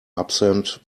absent